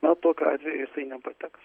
na tokiu atveju jisai nepateks